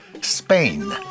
Spain